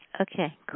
Okay